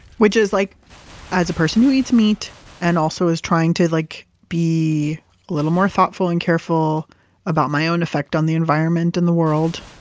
which is like as a person who eats meat and also is trying to like be a little more thoughtful and careful about my own effect on the environment and the world,